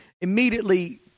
immediately